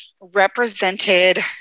represented